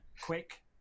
Quick